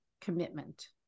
commitment